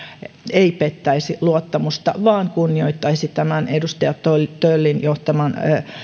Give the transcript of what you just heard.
ei pettäisi luottamusta vaan kunnioittaisi edustaja töllin johtaman